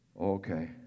okay